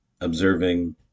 observing